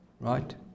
Right